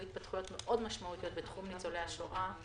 התפתחויות מאוד משמעותיות בתחום ניצולי השואה.